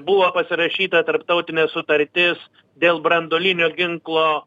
buvo pasirašyta tarptautinė sutartis dėl branduolinio ginklo